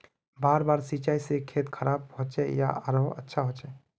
बार बार सिंचाई से खेत खराब होचे या आरोहो अच्छा होचए?